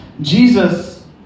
Jesus